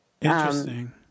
Interesting